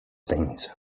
things